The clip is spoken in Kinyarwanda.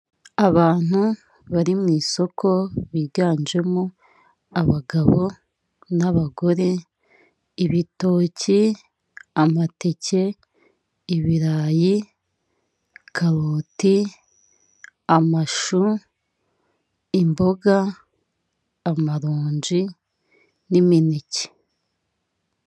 Abantu bari mu isoko, biganjemo abagabo n'abagore; ibitoki, amateke, ibirayi, karoti, amashu, imboga amaronji n'imineke.